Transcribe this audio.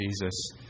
Jesus